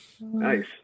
Nice